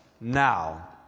Now